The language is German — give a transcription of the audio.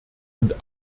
und